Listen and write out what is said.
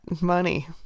money